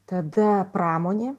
tada pramonė